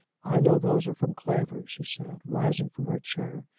i know those are from clavering, she said, rising from her chair,